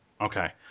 okay